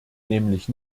nämlich